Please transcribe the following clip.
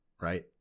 right